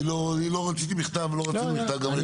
אני לא רציתי מכתב ולא רצינו מכתב גם לא,